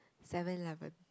Seven-Eleven